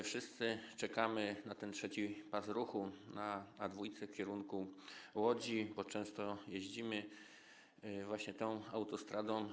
Wszyscy czekamy na ten trzeci pas ruchu na autostradzie A2 w kierunku Łodzi, bo często jeździmy właśnie tą autostradą.